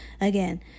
again